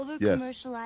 yes